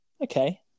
Okay